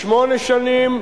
לשמונה שנים,